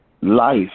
life